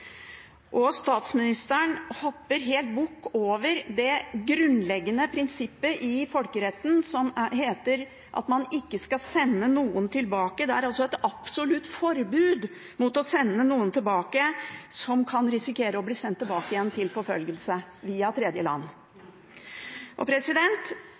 Statsministeren hopper helt bukk over det grunnleggende prinsippet i folkeretten om at man ikke skal sende noen tilbake – det er et absolutt forbud mot å sende noen tilbake – som kan risikere å bli sendt tilbake til forfølgelse via